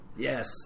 Yes